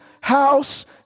house